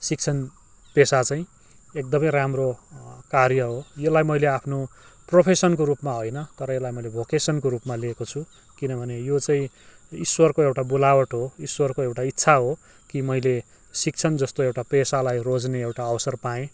शिक्षण पेसा चाहिँ एकदमै राम्रो कार्य हो यसलाई मैले आफ्नो प्रोफेसनको रूपमा होइन तर यसलाई मैले भोकेसनको रूपमा लिएको छु किनभने यो चाहिँ ईश्वरको एउटा बोलावट हो ईश्वरको एउटा इच्छा हो कि मैले शिक्षण जस्तो एउटा पेसालाई रोज्ने एउटा अवसर पाएँ